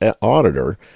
auditor